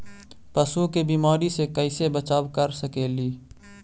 पशु के बीमारी से कैसे बचाब कर सेकेली?